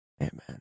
Amen